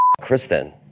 Kristen